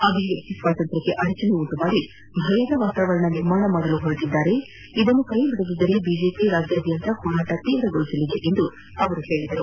ಅಭಿವ್ಯಕ್ತಿ ಸ್ವಾತಂತ್ರ್ಕ್ಕೆ ಅಡಚಣೆ ಉಂಟುಮಾದಿ ಭಯದ ವಾತಾವರಣ ನಿರ್ಮಾಣ ಮಾಡಲು ಹೊರಟಿದ್ದಾರೆ ಇದನ್ನು ಕೈಬಿಡದಿದ್ದರೆ ಬಿಜೆಪಿ ರಾಜ್ಯಾದ್ಯಂತ ಹೋರಾಟ ತೀವ್ರಗೊಳಿಸಲಿದೆ ಎಂದು ಅವರು ಹೇಳಿದರು